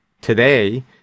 today